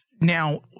now